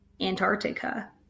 Antarctica